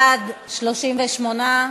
בעד, 38,